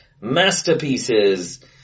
Masterpieces